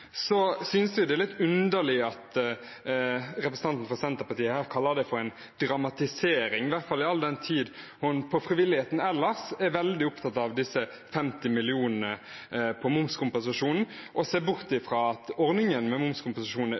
synes det er litt underlig at representanten fra Senterpartiet kaller det en «overdramatisering», i hvert fall all den tid hun for frivilligheten ellers er veldig opptatt av disse 50 millionene på momskompensasjonen, og ser bort fra at ordningen med